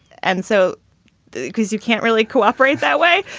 and so because you can't really cooperate that way.